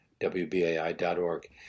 wbai.org